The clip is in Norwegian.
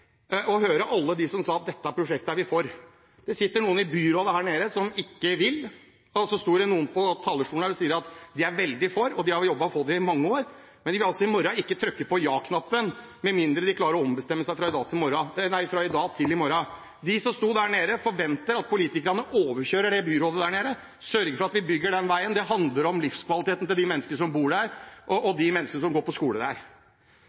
høre alle de som sa at dette prosjektet er man for. Det sitter noen i byrådet her nede som ikke vil, og så sto det noen på talerstolen her og sa at de er veldig for, og at de har jobbet for det i mange år, men de vil altså ikke trykke på ja-knappen i morgen – med mindre de klarer å ombestemme seg fra i dag til i morgen. De som sto der nede, forventer at politikerne overkjører byrådet og sørger for at vi bygger den veien. Det handler om livskvaliteten til de menneskene som bor der, og de menneskene som går på skole der.